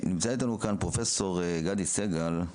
נמצא איתנו כאן פרופ' גדי סגל,